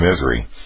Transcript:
misery